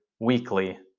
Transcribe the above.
weekly